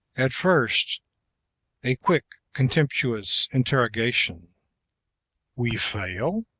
at first a quick contemptuous interrogation we fail